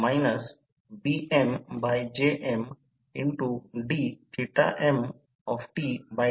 66 V मिळवा आणि येथे हे Xe 1 X 1 k2 X2 मिळवा 0